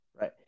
right